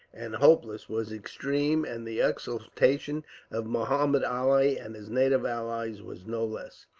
and hopeless, was extreme and the exultation of muhammud ali and his native allies was no less.